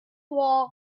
walls